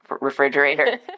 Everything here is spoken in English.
refrigerator